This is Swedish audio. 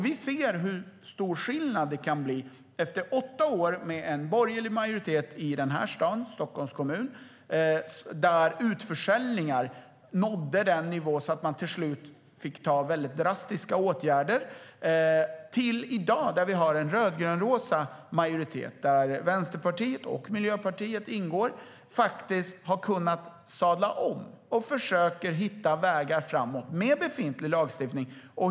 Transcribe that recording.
Vi ser hur stor skillnad det kan bli. Efter åtta år med borgerlig majoritet i den här staden, Stockholms kommun, nådde utförsäljningar en nivå där man till slut fick vidta drastiska åtgärder. I dag är det en rödgrönrosa majoritet, i vilken Vänsterpartiet och Miljöpartiet ingår, som har kunnat sadla om och försöker hitta vägar framåt, med befintlig lagstiftning.